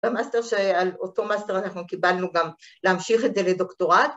במאסטר שעל אותו מאסטר אנחנו קיבלנו גם להמשיך את זה לדוקטורט.